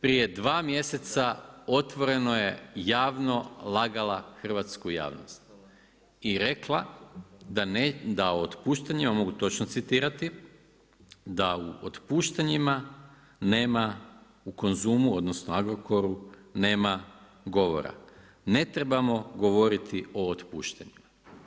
Prije dva mjeseca otvoreno je javno lagala hrvatsku javnost i rekla da otpuštanja, mogu točno citirati, „da o otpuštanjima nema u Konzumu odnosno Agrokoru nema govora, ne trebamo govoriti o otpuštanju“